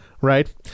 right